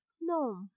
no